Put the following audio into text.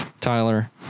Tyler